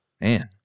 Man